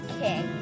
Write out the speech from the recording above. king